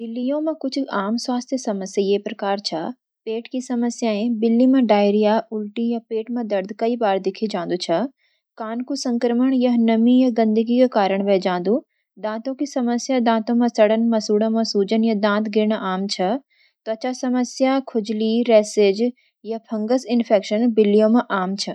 बिल्लियों में कुछ आम स्वास्थ्य समस्याएँ ये प्रकार छ: पेट की समस्याएँ - बिल्लियों में डायरिया, उल्टी या पेट में दर्द कई बार देखे जांदू छ। कान कु संक्रमण - यह नमी या गंदगी के कारण वे जांदू। दांतों की समस्याएँ - दांतों में सड़न, मसूड़ों में सूजन या दांत गिरना आम छ। त्वचा समस्याएँ - खुजली, रैशेज या फंगस इन्फेक्शन बिल्लियों में आम छ।